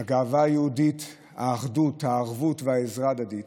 הגאווה היהודית, האחדות, הערבות והעזרה ההדדית,